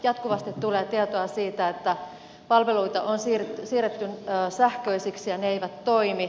jatkuvasti tulee tietoa siitä että palveluita on siirretty sähköisiksi ja ne eivät toimi